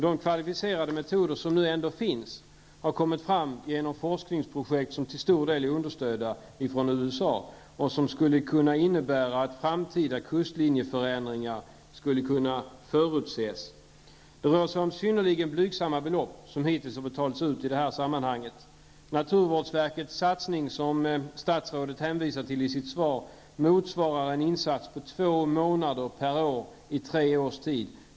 De kvalificerade metoder som ändå finns har man kommit fram till genom forskningsprojekt som till stor del fått stöd från USA och som innebär att framtida kustlinjeförändringar skulle kunna förutses. Det rör sig om synnerligen blygsamma belopp som hittills har betalats ut i det här sammanhanget. Naturvårdsverkets satsning, som statsrådet hänvisar till i sitt svar, motsvarar en insats under två månader per år under en treårsperiod.